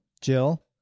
Jill